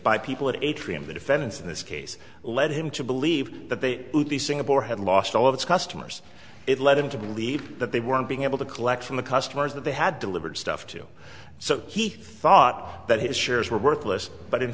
by people that atrium the defendants in this case led him to believe that they would be singapore had lost all of its customers it led him to believe that they weren't being able to collect from the customers that they had delivered stuff to so he thought that his shares were worthless but in